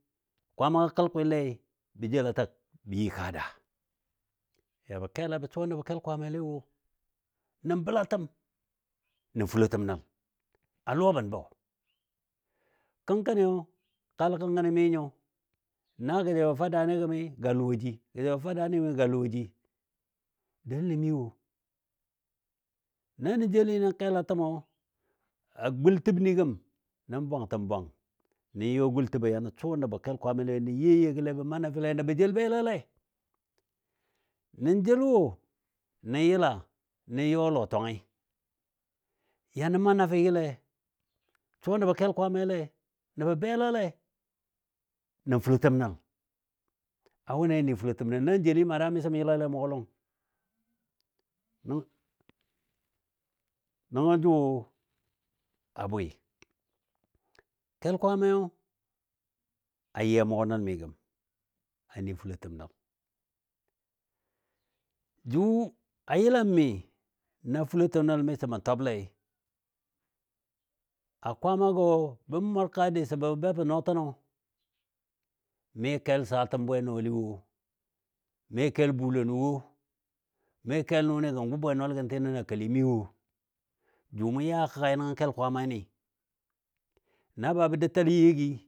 Kwamagɔ kəl kwɨlle, bə jela tag bə yi a kaa daa yɔbə kela bə suwa nəbɔ kel Kwaamaile wo nan bəlatəm nən fulotəm nəl a lʊwa ban bɔ. Kənkəni kalɔ kənkəni mi nyo na, gə ja yɔ fa daani gəm gə lʊwa ji, ja yɔ fa daani gəmi ga lʊwa ji. Deləni mi wo na nə jeli nən ketatəmɔ a gul təbni gəm nən bwangtən nən yɔ gul təbə ya nə suwa nəbɔ kel Kwaamaile nən ye, yegɔle nə maa nafigɔle nə jel wo nən yəla nən yɔ a lɔtwangɨ ya nən ma nafigɔle suwa nəbɔ kel Kwaamaile nəbɔ belale nən fulotəm nəl. A wʊni a ni fulotəm nale nan jeli mana miso mə yəlale mʊgɔ lɔng. Nən- nəngo jʊ a bwɨ, kɛl kwaamayo a yɨ a mugɔ nəl mi gəm a ni fulotəm nəl. Jʊ a yəlam mi na fulotəm nəl miso mə twablei a kwaamagɔ bə mʊrka diso babnɔɔtən mi kel saatəm bwenɔɔli wo, mi kel bulon wo, mi kel nʊni gən gʊ bwenɔɔligɔ tɨ nən a kali mi wo, jʊ mɔ ya kəgai nəngo kel Kwaamai ni, na be bə dou tali yegi